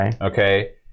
Okay